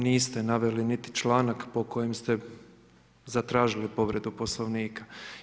Niste naveli niti članak po kojem ste zatražili povredu Poslovnika.